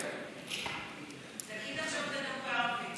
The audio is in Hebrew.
תגיד עכשיו, בערבית.